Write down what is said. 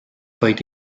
vaid